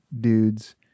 dudes